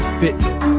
fitness